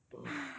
!wow!